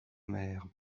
mère